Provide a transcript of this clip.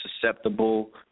susceptible